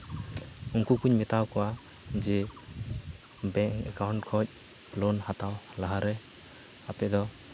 ᱩᱱᱠᱩ ᱠᱩᱧ ᱢᱮᱛᱟᱣᱟᱠᱚᱣᱟ ᱡᱮ ᱵᱮᱝᱠ ᱮᱠᱟᱣᱩᱱᱴ ᱠᱷᱚᱡ ᱞᱳᱱ ᱦᱟᱛᱟᱣ ᱞᱟᱦᱟ ᱨᱮ ᱟᱯᱮ ᱫᱚ